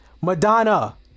Madonna